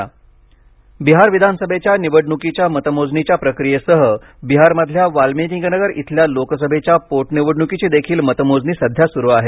बिहार निवडणक निकाल बिहार विधानसभेच्या निवडणुकीच्या मतमोजणीच्या प्रक्रियेसह बिहारमधल्या वाल्मिकीनगर इथल्या लोकसभेच्या पोटनिवडणुकीचीदेखील मतमोजणी सध्या सुरू आहे